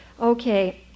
Okay